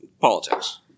Politics